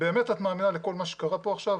באמת את מאמינה לכל מה שקרה פה עכשיו?